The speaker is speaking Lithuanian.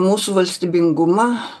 mūsų valstybingumą